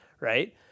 right